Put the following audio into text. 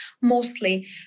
mostly